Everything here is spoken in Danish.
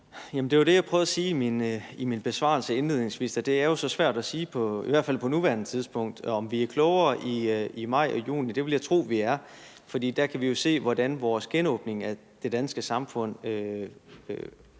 Det var det, som jeg prøvede at sige i min besvarelse indledningsvis. Det er jo så svært at sige, i hvert fald på nuværende tidspunkt, om vi er klogere i maj og juni. Det vil jeg tro vi er. For der kan vi jo se, hvordan vores genåbning af det danske samfund